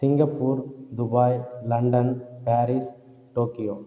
Singapore Dubai London Paris Tokyo